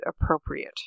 appropriate